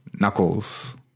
Knuckles